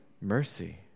mercy